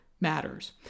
matters